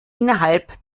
innerhalb